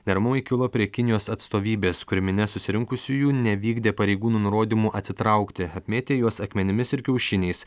neramumai kilo prie kinijos atstovybės kur minia susirinkusiųjų nevykdė pareigūnų nurodymų atsitraukti apmėtė juos akmenimis ir kiaušiniais